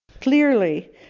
Clearly